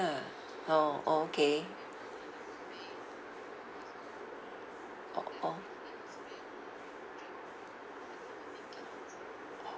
ah orh orh okay orh orh